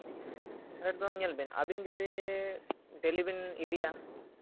ᱧᱮᱞ ᱵᱤᱱ ᱟᱹᱵᱤᱱ ᱡᱩᱫᱤ ᱰᱮᱹᱞᱤ ᱵᱮᱱ ᱤᱫᱤᱭᱟ